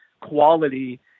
quality